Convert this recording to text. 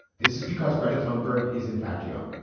this is because credit homeburg is in fact young.